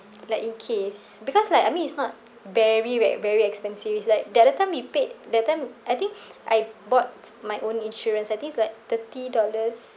like in case because like I mean it's not very very very expensive it's like the other time we paid that time I think I bought my own insurance I think it's like thirty dollars